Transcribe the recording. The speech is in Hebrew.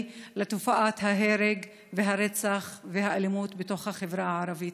לתופעת ההרג והרצח והאלימות בתוך החברה הערבית.